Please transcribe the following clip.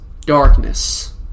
darkness